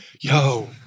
yo